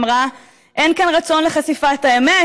אמרה: "אין כאן רצון לחשיפת האמת,